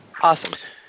Awesome